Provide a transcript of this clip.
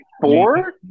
four